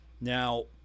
Now